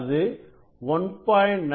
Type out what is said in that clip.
அது 1